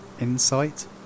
insight